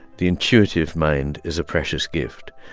the intuitive mind is a precious gift.